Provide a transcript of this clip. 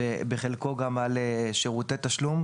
ובחלקו גם על שירותי תשלום,